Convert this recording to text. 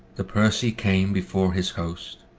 the percy came before his host,